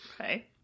Okay